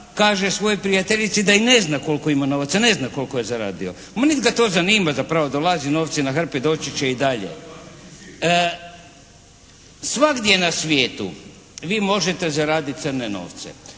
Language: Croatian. kaže svojoj prijateljici da i ne zna koliko ima novaca, ne zna koliko je zaradio. Ma niti ga to zanima zapravo dolaze novci na hrpi, doći će i dalje. Svagdje na svijetu vi možete zaraditi crne novce.